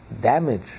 damage